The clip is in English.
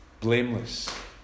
blameless